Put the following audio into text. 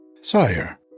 Sire